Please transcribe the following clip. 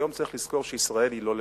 היום צריך לזכור שישראל היא לא לבד,